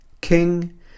King